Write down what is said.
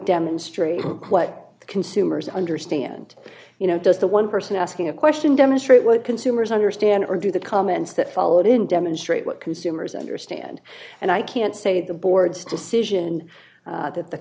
demonstrate what consumers understand you know does the one person asking a question demonstrate what consumers understand or do the comments that followed in demonstrate what consumers understand and i can't say the board's decision that the